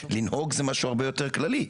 "לנהוג" זה משהו הרבה יותר כללי,